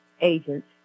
agents